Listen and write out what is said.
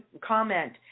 comment